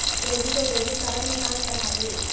Credit अऊ debit card म का अंतर हावे?